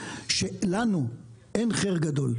שלנו אין חיר גדל.